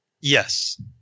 yes